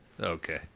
Okay